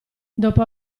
dopo